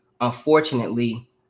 Unfortunately